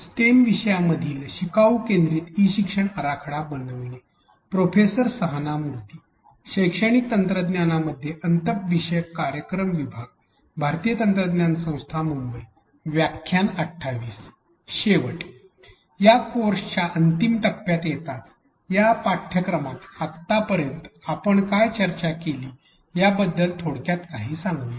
या कोर्सच्या अंतिम टप्प्यात येताच या पाठ्यक्रमात आपण आतापर्यंत काय चर्चा केली याबद्दल थोडक्यात काही सांगू या